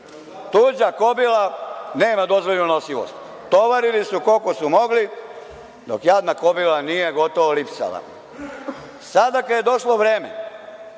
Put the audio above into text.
Tuđa kobila nema dozvoljenu nosivost. Tovarili su koliko su mogli dok jadna kobila nije gotovo lipsala. Sada kada je došlo vreme